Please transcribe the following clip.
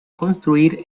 construir